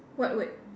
what word